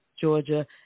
Georgia